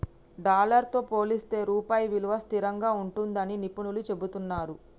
dollar తో పోలిస్తే రూపాయి విలువ స్థిరంగా ఉంటుందని నిపుణులు చెబుతున్నరు